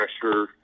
pressure